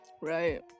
Right